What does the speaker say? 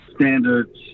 standards